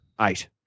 Eight